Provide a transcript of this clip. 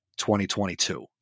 2022